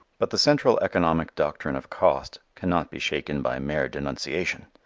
but the central economic doctrine of cost can not be shaken by mere denunciation.